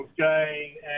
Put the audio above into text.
okay